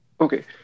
Okay